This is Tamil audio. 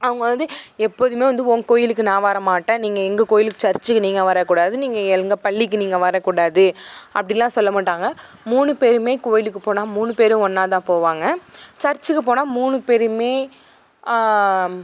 அவங்க வந்து எப்போதுமே வந்து ஓன் கோயிலுக்கு நான் வர மாட்டேன் நீ எங்கள் கோயிலுக்கு சர்ச்சுக்கு நீங்கள் வரக்கூடாது நீங்கள் எங்கள் பள்ளிக்கு நீங்கள் வரக்கூடாது அப்படிலாம் சொல்ல மாட்டாங்க மூணு பேருமே கோயிலுக்கு போனால் மூணு பேரும் ஒன்றாதான் போவாங்க சர்ச்சுக்கு போனால் மூணு பேருமே